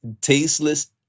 tasteless